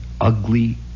ugly